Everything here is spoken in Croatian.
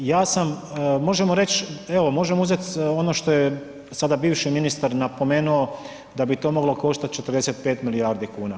Ja sam, možemo reći, evo možemo uzeti ono što je sada bivši ministar napomenuo da bi to moglo koštati 45 milijardi kuna.